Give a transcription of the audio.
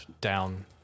down